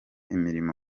imirimo